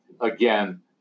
again